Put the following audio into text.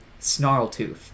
Snarltooth